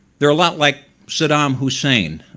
they're a lot like saddam hussein,